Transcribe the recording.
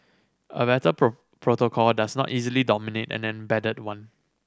a better protocol does not easily dominate an embedded one